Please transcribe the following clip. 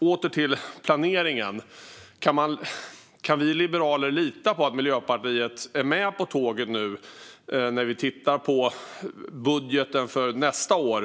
Åter till planeringen! Kan vi liberaler lita på att Miljöpartiet är med på tåget nu när vi tittar på budgeten för nästa år?